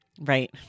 Right